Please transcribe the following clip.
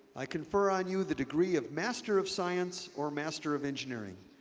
i confer on you the degree of master of science or master of engineering,